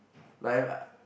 like